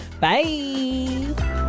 Bye